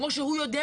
כמו שהוא יודע,